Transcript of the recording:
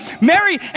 Mary